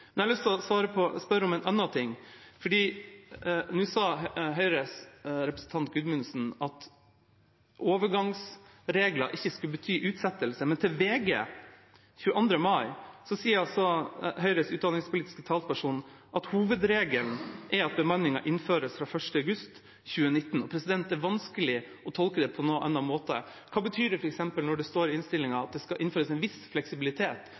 Jeg har lyst til å spørre om en annen ting. Nå sa Høyres representant, Gudmundsen, at overgangsregler ikke skulle bety utsettelse, men til VG 22. mai sier altså Høyres utdanningspolitiske talsperson at hovedregelen er at bemanningen innføres fra 1. august 2019. Det er vanskelig å tolke på noen annen måte. Hva betyr det f.eks. når det står i innstillingen at det skal innføres «en viss fleksibilitet»?